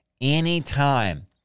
anytime